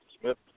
Smith